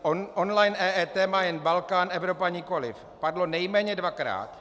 Online EET má jen Balkán, Evropa nikoli padlo nejméně dvakrát.